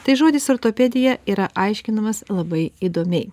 tai žodis ortopedija yra aiškinamas labai įdomiai